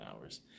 hours